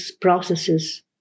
processes